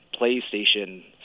PlayStation